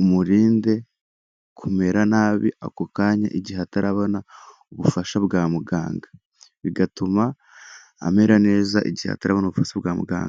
umurinde kumera nabi ako kanya, igihe atarabona ubufasha bwa muganga, bigatuma amera neza igihe atabona ubufasha bwa muganga.